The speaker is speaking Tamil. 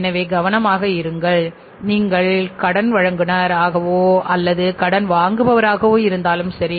எனவே கவனமாக இருங்கள் நீங்க கடன் வழங்குநர் ஆகவோ அல்லது கடன் வாங்குபவராகவோ இருந்தாலும் சரி